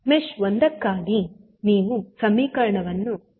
mesh 1 ಕ್ಕಾಗಿ ನೀವು ಸಮೀಕರಣವನ್ನು ಹೀಗೆ ಬರೆಯಬಹುದು